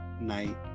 night